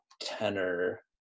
tenor